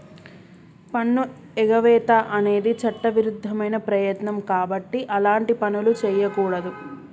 పన్నుఎగవేత అనేది చట్టవిరుద్ధమైన ప్రయత్నం కాబట్టి అలాంటి పనులు చెయ్యకూడదు